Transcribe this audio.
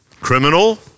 criminal